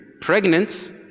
pregnant